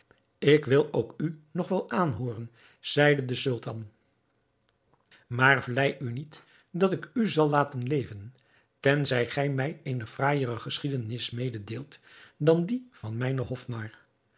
ik wil ook u nog wel aanhooren zeide de sultan maar vlei u niet dat ik u zal laten leven tenzij gij mij eene fraaijere geschiedenis mededeelt dan die van mijnen hofnar